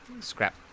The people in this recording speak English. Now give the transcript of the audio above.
Scrap